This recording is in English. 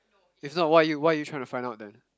if not what are you what are you trying to find out then